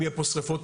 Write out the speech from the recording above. אם יהיו כאן שריפות,